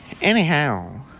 anyhow